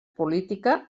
política